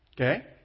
okay